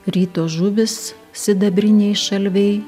ryto žuvys sidabriniai šalviai